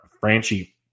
Franchi